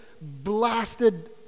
blasted